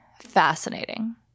fascinating